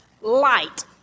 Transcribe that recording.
light